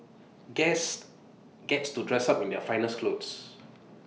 guests gets to dress up in their finest clothes